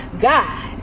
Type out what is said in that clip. god